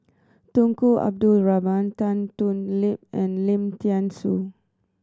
Tunku Abdul Rahman Tan Thoon Lip and Lim Thean Soo